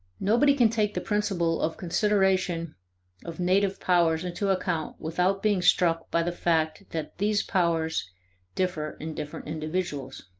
nobody can take the principle of consideration of native powers into account without being struck by the fact that these powers differ in different individuals.